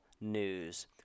news